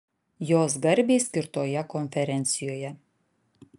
jos garbei skirtoje konferencijoje